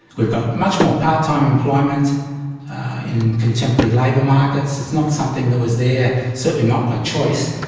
we've got much more part-time employment in contemporary labour markets. it's not something that was there, certainly not by choice,